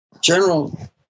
general